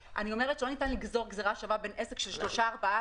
לא ניתן לגזור גזרה שווה בין עסק של שלושה ארבעה